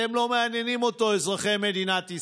דיברו על כל מיני בתי עסק, דיברו על עורכי דין.